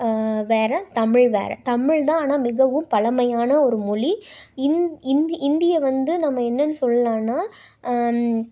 வேறு தமிழ் வேறு தமிழ்தான் ஆனால் மிகவும் பழமையான ஒரு மொழி இந்தி இந்தியை வந்து நம்ம என்னன்னு சொல்லாம்னா